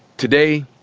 today,